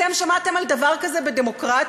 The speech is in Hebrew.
אתם שמעתם על דבר כזה בדמוקרטיה,